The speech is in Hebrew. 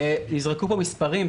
נזרקו פה מספרים,